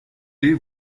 les